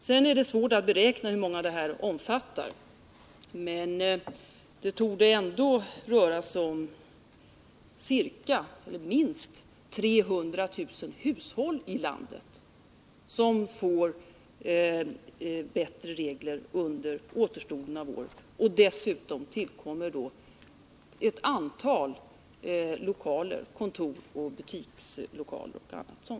Det är svårt att beräkna hur många hyresstoppet omfattar, men det torde röra sig om minst 300 000 hushåll i landet som får bättre regler under återstoden av året. Därtill kommer också ett antal lokaler, kontor, butiker och annat sådant.